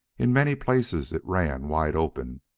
in many places it ran wide open,